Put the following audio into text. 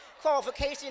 qualification